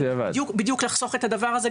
בדיוק לחסוך את הדבר הזה.